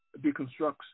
deconstructs